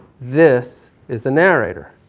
this is the nararator.